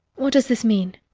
what does this mean?